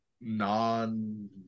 non